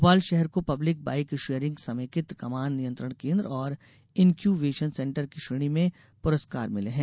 भोपाल शहर को public bike sharing समेकित कमान नियंत्रण केन्द्र और इन्क्यूवेशन सेंटर की श्रेणी में पुरस्कार मिले हैं